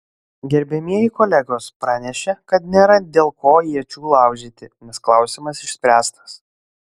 gerbiamieji kolegos pranešė kad nėra dėl ko iečių laužyti nes klausimas išspręstas